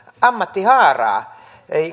ammattihaaraa